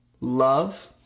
love